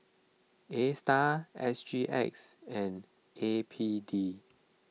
Astar S G X and A P D